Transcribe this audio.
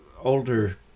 older